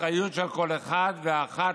היועץ